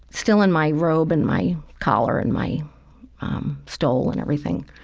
still in my robe and my collar and my stole and everything,